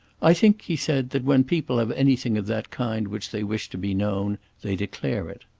i think, he said, that when people have anything of that kind which they wish to be known, they declare it.